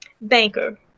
banker